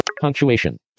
Punctuation